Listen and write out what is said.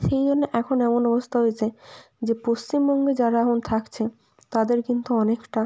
সেই জন্যে এখন এমন অবস্থা হয়েছে যে পশ্চিমবঙ্গে যারা এখন থাকছে তাদের কিন্তু অনেকটা